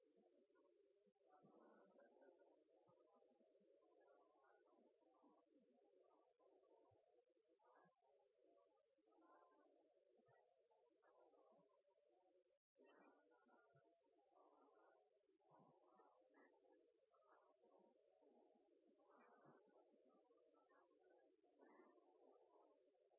i asylpolitikken i de